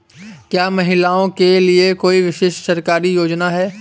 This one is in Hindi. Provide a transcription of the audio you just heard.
क्या महिलाओं के लिए कोई विशेष सरकारी योजना है?